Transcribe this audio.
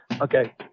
Okay